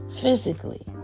physically